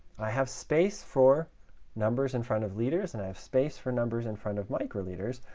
i have space for numbers in front of liters, and i have space for numbers in front of microliters,